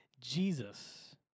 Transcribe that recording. Jesus